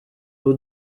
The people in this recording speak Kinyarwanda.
ubu